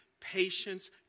patience